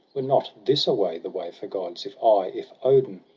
were not this a way, the way for gods? if i, if odin,